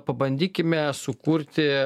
pabandykime sukurti